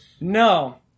no